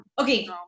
okay